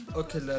okay